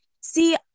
See